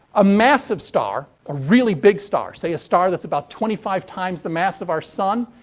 a massive star, a really big star. say, a star that's about twenty-five times the mass of our sun.